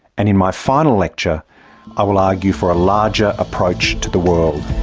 and in my final lecture i will argue for a larger approach to the world